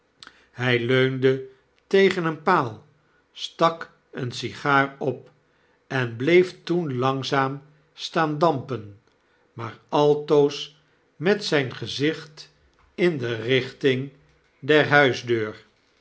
hy leunde tegen een paal stak eene sigaar op en bleef toen langzaam staan dampen maar altoos met zyn gezicht in de richting der